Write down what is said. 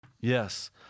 Yes